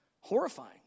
horrifying